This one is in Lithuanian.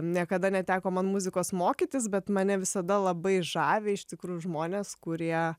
niekada neteko man muzikos mokytis bet mane visada labai žavi iš tikrųjų žmonės kurie